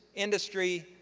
industry,